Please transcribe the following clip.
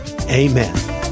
Amen